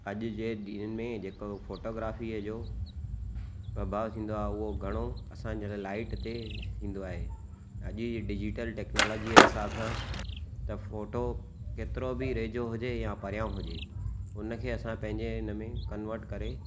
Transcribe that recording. अॼु जे ॾींह में जेको फोटोग्राफ़ीअ जो प्रभाउ थींदो आहे उहो घणो असां जे लाइट ते थींदो आहे अॼु जी डिजिटल टेक्नोलॉजीअ जे हिसाब सां त फोटो केतिरो बि वेझो हुजे या परियां हुजे हुन खे असां पंहिंजे हिन में कन्वर्ट करे